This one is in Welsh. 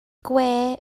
gwe